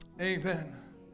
Amen